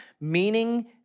meaning